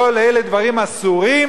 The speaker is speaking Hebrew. כל אלה דברים אסורים,